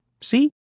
See